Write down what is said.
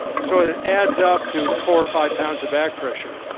so it adds up to four or five pounds of back pressure.